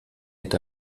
est